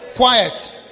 Quiet